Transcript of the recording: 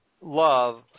love